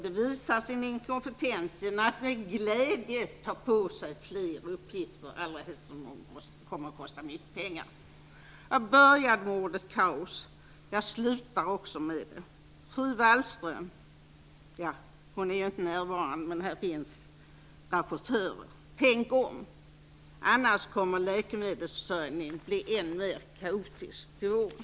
De visar sin inkompetens genom att med glädje ta på sig fler uppgifter, allra helst som de kommer att kosta mycket pengar. Jag började med ordet kaos, och jag slutar också med det. Fru Wallström är ju inte närvarande, men här finns rapportörer. Jag vill säga till henne: Tänk om! Annars kommer läkemedelsförsörjningen att bli än mer kaotisk till våren.